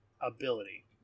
ability